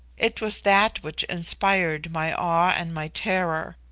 it was that which inspired my awe and my terror.